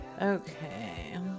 Okay